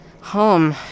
Home